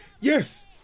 Yes